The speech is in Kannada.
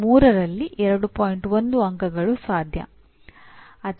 ಈ ಮೂರು ತತ್ವಗಳು ವಿವಿಧ ಘಟಕಗಳು ಮತ್ತು ಪಠ್ಯಕ್ರಮಗಳಲ್ಲಿ ಪುನರಾವರ್ತನೆಯಾಗಬಹುದು